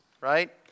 Right